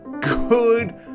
Good